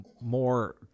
more